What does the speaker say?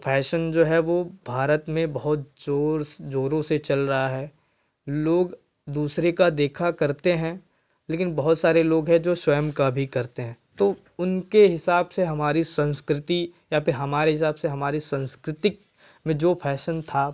तो फैशन जो है वह भारत में बहुत ज़ोर ज़ोरों से चल रहा है लोग दूसरे का देखा करते हैं लेकिन बहुत सारे लोग हैं जो स्वयं का भी करते हैं तो उनके हिसाब से हमारी संस्कृति या फ़िर हमारे हिसाब से हमारी संस्कृतिक में जो फैशन था